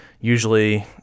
usually